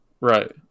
Right